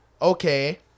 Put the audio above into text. okay